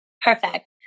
perfect